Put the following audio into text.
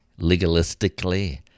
legalistically